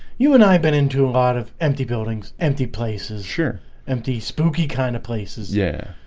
you and i've been into but of empty buildings empty places sure empty spooky kind of places. yeah